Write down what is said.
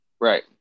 Right